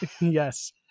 Yes